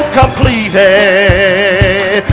completed